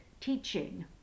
teaching